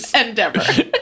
endeavor